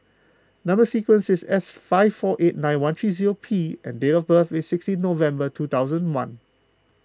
Number Sequence is S five four eight nine one three zero P and date of birth is sixteen November two thousand one